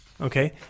Okay